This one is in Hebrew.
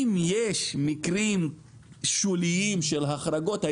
אם יש מקרים שוליים של החרגות,